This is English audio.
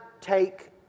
take